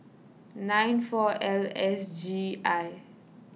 nine four L S G I